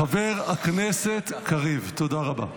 חבר הכנסת קריב, תודה רבה.